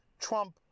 trump